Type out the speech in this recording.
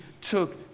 took